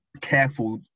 careful